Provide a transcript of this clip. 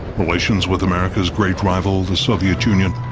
relations with america's great rival, the soviet union,